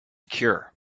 cure